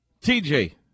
TJ